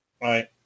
right